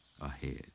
ahead